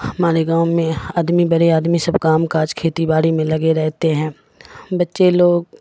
ہمارے گاؤں میں آدمی بڑے آدمی سب کا م کاج کھیتی باڑی میں لگے رہتے ہیں بچے لوگ